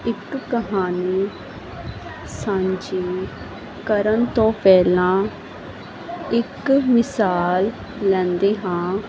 ਇੱਕ ਕਹਾਣੀ ਸਾਂਝੀ ਕਰਨ ਤੋਂ ਪਹਿਲਾਂ ਇੱਕ ਮਿਸਾਲ ਲੈਂਦੇ ਹਾਂ